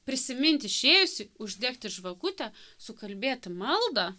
prisimint išėjusį uždegti žvakutę sukalbėti maldą